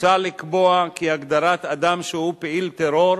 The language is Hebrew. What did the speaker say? מוצע לקבוע כי הגדרת "אדם שהוא פעיל טרור"